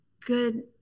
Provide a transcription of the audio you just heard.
good